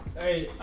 a